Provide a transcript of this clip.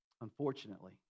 Unfortunately